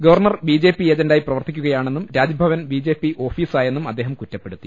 governor B J P ഏജന്റായി പ്രവർത്തിക്കുകയാണെന്നും Raj Bhavan B J P ഓഫീസായെന്നും അദ്ദേഹം കുറ്റപ്പെടു ത്തി